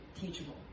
teachable